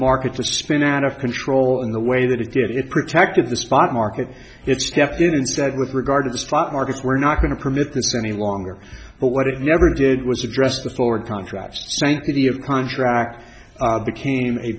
market to spin out of control in the way that it did it protected the spot market it stepped in and said with regard to the stock markets we're not going to permit this any longer but what it never did was address the forward contracts sanctity of contract became a